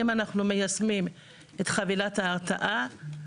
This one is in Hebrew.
אם אנחנו מיישמים את חבילת ההרתעה,